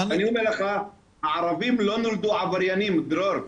אני אומר לך, הערבים לא נולדו עבריינים דרור,